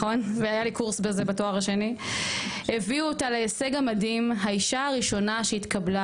/ הביאו אותה / להישג המדהים / האישה הראשונה / שהתקבלה